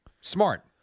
Smart